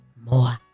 more